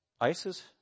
ISIS